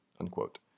unquote